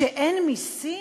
שאין מסים?